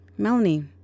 Melanie